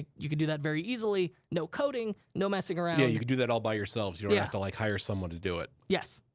ah you could do that very easily, no coding, no messing around. yeah, you can do that all by yourselves. you don't have to like, hire someone to do it. yes,